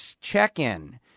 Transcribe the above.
check-in